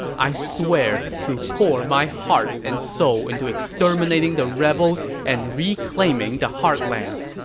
i swear to pour my heart and soul into exterminating the rebels and reclaiming the heartlands.